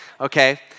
Okay